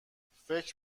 فکر